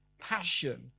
passion